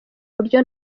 buryo